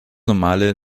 normale